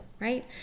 right